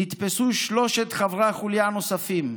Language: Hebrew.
נתפסו שלושת חברי החוליה הנוספים,